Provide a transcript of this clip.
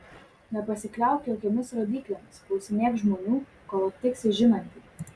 nepasikliauk jokiomis rodyklėmis klausinėk žmonių kol aptiksi žinantį